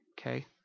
okay